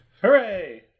Hooray